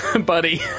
buddy